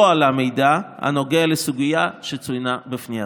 לא עלה מידע הנוגע לסוגיה שצוינה בפנייתך.